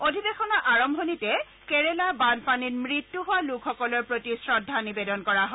অধিবেশনৰ আৰম্ভণিতে কেৰালাৰ বানপানীত মৃত্য হোৱা লোকসকলৰ প্ৰতি শ্ৰদ্ধা নিবেদন কৰা হয়